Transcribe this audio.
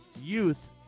youth